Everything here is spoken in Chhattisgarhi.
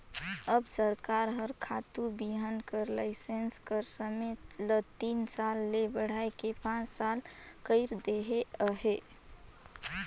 अब सरकार हर खातू बीहन कर लाइसेंस कर समे ल तीन साल ले बढ़ाए के पाँच साल कइर देहिस अहे